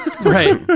right